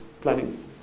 planning